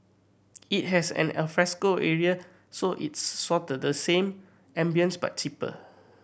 it has an alfresco area so it's sorta the same ambience but cheaper